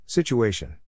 Situation